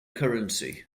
currency